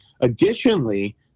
Additionally